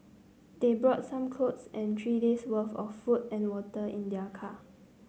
they brought some clothes and three days'worth of food and water in their car